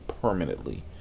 permanently